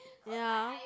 ya